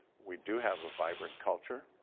we do have a vibrant culture.